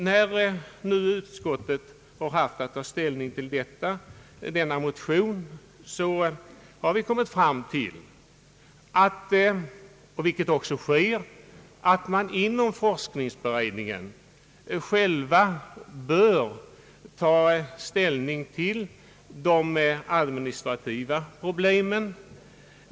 När nu utskottet haft att behandla dessa motioner, har det kommit fram till att forskningsberedningen själv bör ta ställning till de administrativa problemen, något som ju också sker.